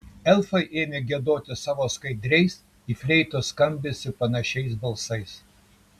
elfai ėmė giedoti savo skaidriais į fleitos skambesį panašiais balsais